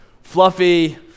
fluffy